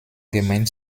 gemein